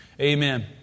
Amen